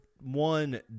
one